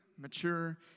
mature